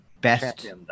best